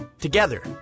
together